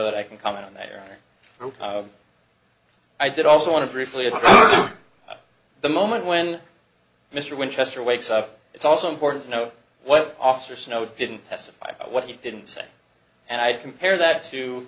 that i can comment on that or i did also want to briefly at the moment when mr winchester wakes up it's also important to know what officer snow didn't testify what you didn't say and i compare that